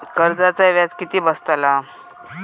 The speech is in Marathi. कर्जाचा व्याज किती बसतला?